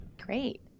Great